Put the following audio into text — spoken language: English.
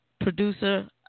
producer